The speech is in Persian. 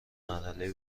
مرحله